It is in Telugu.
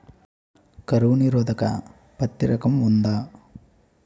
కరువు నిరోధక పత్తి రకం ఉందా?